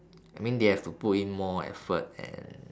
I mean they have to put in more effort and